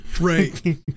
right